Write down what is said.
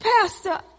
Pastor